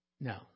No